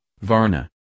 Varna